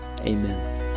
Amen